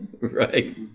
Right